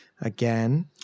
again